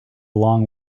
long